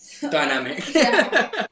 dynamic